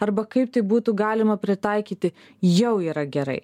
arba kaip tai būtų galima pritaikyti jau yra gerai